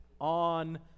on